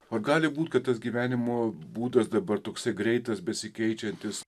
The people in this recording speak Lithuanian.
ar gali būt kad tas gyvenimo būdas dabar toksai greitas besikeičiantis